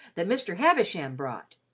that mr. havisham brought.